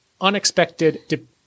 unexpected –